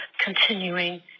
continuing